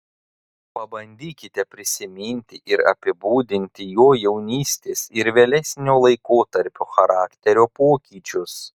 pabandykite prisiminti ir apibūdinti jo jaunystės ir vėlesnio laikotarpio charakterio pokyčius